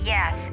Yes